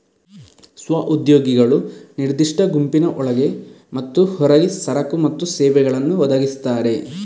ಸ್ವ ಉದ್ಯೋಗಿಗಳು ನಿರ್ದಿಷ್ಟ ಗುಂಪಿನ ಒಳಗೆ ಮತ್ತು ಹೊರಗೆ ಸರಕು ಮತ್ತು ಸೇವೆಗಳನ್ನು ಒದಗಿಸ್ತಾರೆ